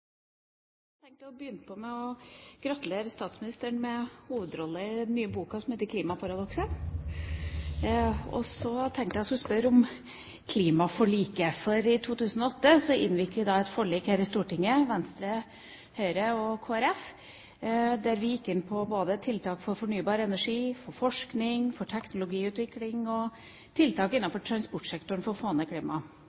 Jeg har tenkt å begynne med å gratulere statsministeren med hovedrollen i den nye boken som heter «Klimaparadokset», og så tenkte jeg at jeg skulle spørre om klimaforliket. For i 2008 ble det inngått et forlik her i Stortinget med Venstre, Høyre og Kristelig Folkeparti der vi gikk inn for tiltak innenfor både fornybar energi, forskning og teknologiutvikling, og tiltak